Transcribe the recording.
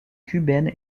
cubaine